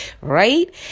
right